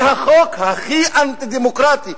זה החוק הכי אנטי-דמוקרטי,